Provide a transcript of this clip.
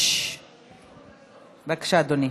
בבקשה, אדוני.